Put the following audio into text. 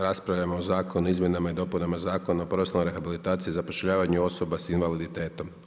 Raspravljamo o zakonu o izmjenama i dopunama Zakona o profesionalnoj rehabilitaciji i zapošljavanju osoba s invaliditetom.